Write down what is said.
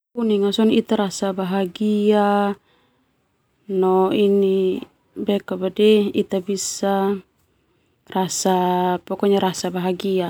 Ita rasa bahagia no ini ita bisa rasa pokonya rasa bahagia.